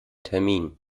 termin